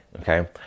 okay